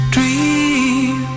Dream